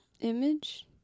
image